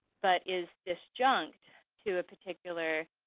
but is disjunct to a particular